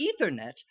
ethernet